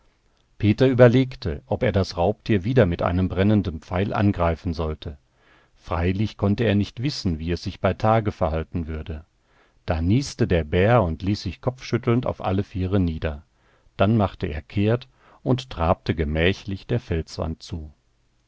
peter überlegte ob er das raubtier wieder mit einem brennenden pfeil angreifen sollte freilich konnte er nicht wissen wie es sich bei tage verhalten würde da nieste der bär und ließ sich kopfschüttelnd auf alle viere nieder dann machte er kehrt und trabte gemächlich der felswand zu